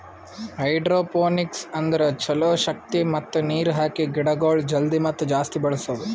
hydroponics ಅಂದುರ್ ಛಲೋ ಶಕ್ತಿ ಮತ್ತ ನೀರ್ ಹಾಕಿ ಗಿಡಗೊಳ್ ಜಲ್ದಿ ಮತ್ತ ಜಾಸ್ತಿ ಬೆಳೆಸದು